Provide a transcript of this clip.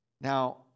Now